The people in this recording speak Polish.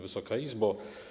Wysoka Izbo!